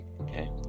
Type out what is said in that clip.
Okay